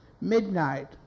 Midnight